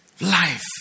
life